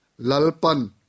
lalpan